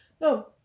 no